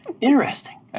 Interesting